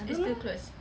belum